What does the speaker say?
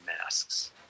masks